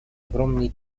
огромные